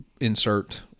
insert